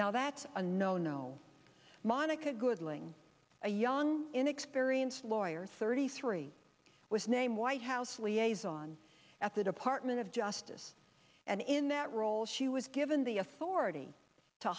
now that's a no no monica goodling a young inexperienced lawyer thirty three with name white house liaison at the department of justice and in that role she was given the authority to